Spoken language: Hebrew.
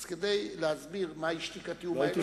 אז כדי להסביר מהי שתיקתי ומהי עמדתי,